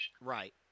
right